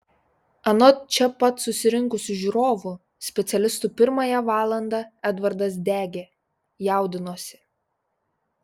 anot čia pat susirinkusių žiūrovų specialistų pirmąją valandą edvardas degė jaudinosi